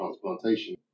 transplantation